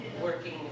working